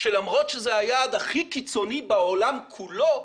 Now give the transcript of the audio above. שלמרות שזה היעד הכי קיצוני בעולם כולו,